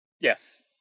Yes